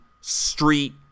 street